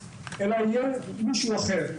אלא יהיה מישהו אחר.